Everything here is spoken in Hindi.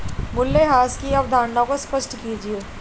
मूल्यह्रास की अवधारणा को स्पष्ट कीजिए